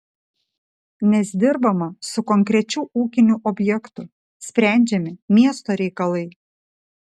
nes dirbama su konkrečiu ūkiniu objektu sprendžiami miesto reikalai